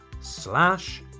slash